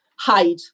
hide